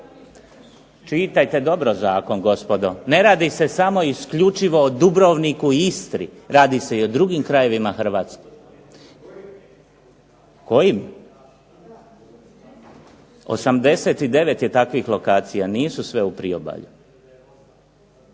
Čitajte dobro zakon, gospodo. Ne radi se samo i isključivo o Dubrovniku i Istri, radi se i o drugim krajevima Hrvatske. Kojim? 89 je takvih lokacija, nisu sve u priobalju.